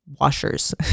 washers